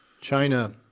China